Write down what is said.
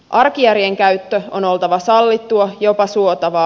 arkijärjen käytön on oltava sallittua jopa suotavaa